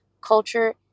culture